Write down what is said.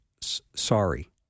sorry